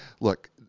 Look